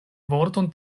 vorton